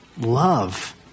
love